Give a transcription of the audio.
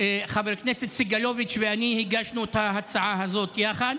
חבר הכנסת סגלוביץ' ואני הגשנו את ההצעה הזאת יחד.